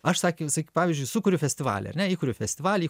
aš sakė visai pavyzdžiui sukuriu festivalį ar ne įkuriu festivalį